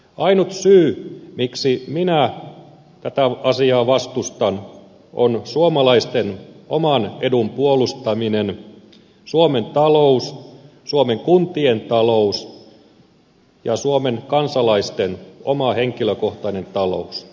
ainut syy miksi minä tätä asiaa vastustan on suomalaisten oman edun puolustaminen suomen talous suomen kuntien talous ja suomen kansalaisten oma henkilökohtainen talous